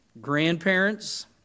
Grandparents